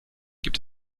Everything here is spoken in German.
gibt